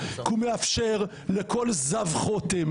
כי הוא מאפשר לכל זב חוטם,